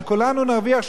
שכולנו נרוויח,